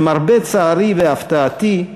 למרבה צערי והפתעתי,